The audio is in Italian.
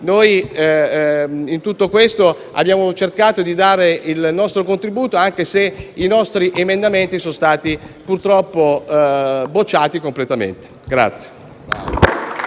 In tutto questo abbiamo cercato di dare il nostro contributo, anche se i nostri emendamenti sono stati purtroppo bocciati completamente.